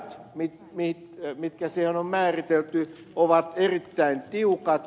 ne rajat jotka siihen on määritelty ovat erittäin tiukat